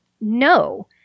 no